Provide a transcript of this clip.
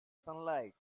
sunlight